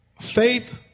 Faith